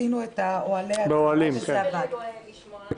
הצעת החוק שהוגשה הייתה רק ביחס למועד הבחירות.